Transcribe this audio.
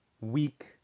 weak